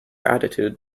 attitude